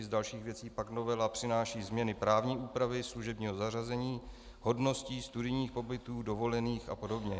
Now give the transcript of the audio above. Z dalších věcí pak novela přináší změny právní úpravy služebního zařazení, hodností, studijních pobytů, dovolených a podobně.